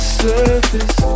surface